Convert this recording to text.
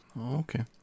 Okay